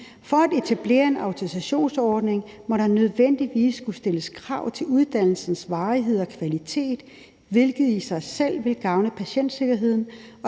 For at etablere en autorisationsordning må der nødvendigvis skulle stilles krav til uddannelsens varighed og kvalitet, hvilket i sig selv vil gavne patientsikkerheden,